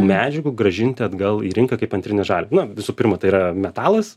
medžiagų grąžinti atgal į rinką kaip antrinę žaliavą na visų pirma tai yra metalas